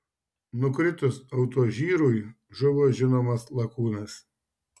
nukritus autožyrui žuvo žinomas lakūnas